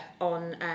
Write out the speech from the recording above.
on